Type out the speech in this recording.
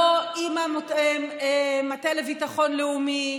לא עם המטה לביטחון לאומי,